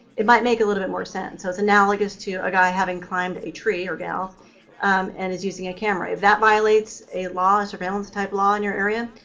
it might make a little bit more sense. so it's analogous to a guy having climbed a tree or gal and is using a camera. if that violates a law, a surveillance-type law in your area,